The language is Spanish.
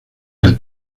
del